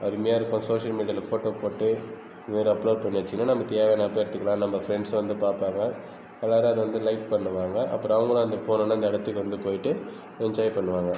அருமையாகருக்கும் social மீடியாவில் photo போட்டு வேறே அப்லோட் பண்ணியாச்சுனால் நம்ம தேவையான அப்போ எடுத்துக்கலாம் நம்ப ஃப்ரெண்ட்ஸ் வந்து பார்ப்பாங்க எல்லாரும் அதை வந்து லைக் பண்ணுவாங்க அப்புறம் அவங்களும் அந்த போணுனால் அந்த இடத்துக்கு வந்து போய்விட்டு என்ஜாய் பண்ணுவாங்க